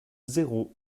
zéro